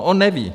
On neví.